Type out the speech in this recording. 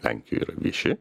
lenkijoj yra vieši